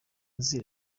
nzi